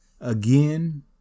again